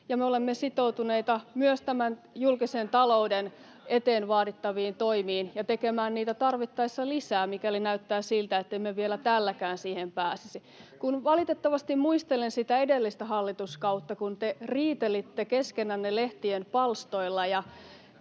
olemme sitoutuneita myös tämän julkisen talouden eteen vaadittaviin toimiin ja tekemään niitä tarvittaessa lisää, mikäli näyttää siltä, ettemme vielä tälläkään siihen pääsisi. Kun valitettavasti muistelen sitä edellistä hallituskautta, kun te riitelitte keskenänne lehtien palstoilla